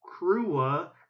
Krua